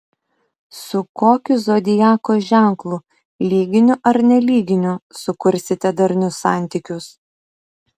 su kokiu zodiako ženklu lyginiu ar nelyginiu sukursite darnius santykius